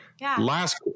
Last